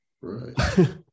Right